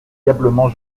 diablement